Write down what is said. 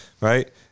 right